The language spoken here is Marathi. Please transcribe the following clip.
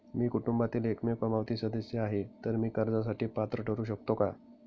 मी कुटुंबातील एकमेव कमावती सदस्य आहे, तर मी कर्जासाठी पात्र ठरु शकतो का?